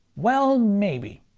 well, maybe.